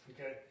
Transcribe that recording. Okay